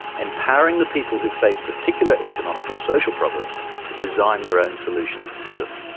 empowering the people who face particular economic or social problems to design their own solutions to them.